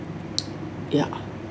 ya